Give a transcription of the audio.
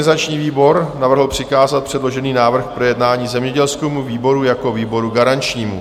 Organizační výbor navrhl přikázat předložený návrh k projednání zemědělskému výboru jako výboru garančnímu.